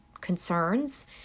concerns